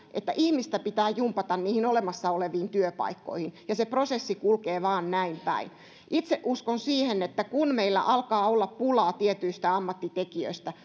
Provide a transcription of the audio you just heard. että ihmistä pitää jumpata niihin olemassa oleviin työpaikkoihin ja se prosessi kulkee vain näinpäin itse uskon siihen että kun meillä alkaa olla pulaa tietyistä ammattitekijöistä